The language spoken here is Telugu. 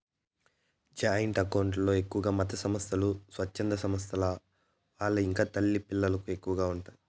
జాయింట్ అకౌంట్ లో ఎక్కువగా మతసంస్థలు, స్వచ్ఛంద సంస్థల వాళ్ళు ఇంకా తల్లి పిల్లలకు ఎక్కువగా ఉంటాయి